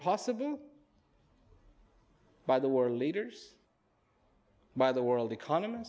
possible by the world leaders by the world econom